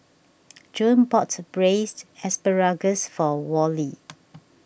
June bought Braised Asparagus for Worley